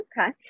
Okay